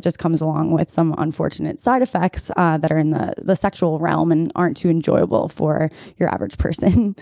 just comes along with some unfortunate side effects ah that are in the the sexual realm and aren't too enjoyable for your average person